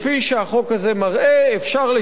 אפשר לשנות את יעד הגירעון,